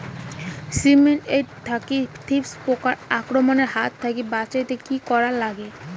শিম এট মধ্যে থ্রিপ্স পোকার আক্রমণের হাত থাকি বাঁচাইতে কি করা লাগে?